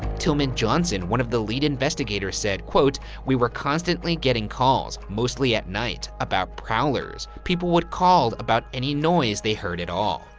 tillman johnson, one of the lead investigators, said, quote, we were constantly getting calls, mostly at night about prowlers. people would called about any noise they heard at all,